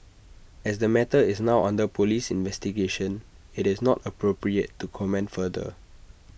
as the matter is now under Police investigation IT is not appropriate to comment further